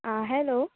आं हॅलो